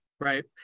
Right